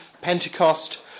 Pentecost